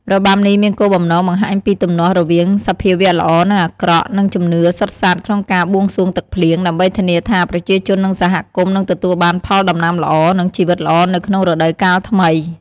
របាំនេះមានគោលបំណងបង្ហាញពីទំនាស់រវាងសភាវៈល្អនិងអាក្រក់ និងជំនឿសុទ្ធសាធក្នុងការបួងសួងទឹកភ្លៀង ដើម្បីធានាថា ប្រជាជននិងសហគមន៍នឹងទទួលបានផលដំណាំល្អ និងជីវិតល្អនៅក្នុងរដូវកាលថ្មី។